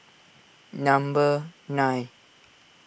number nine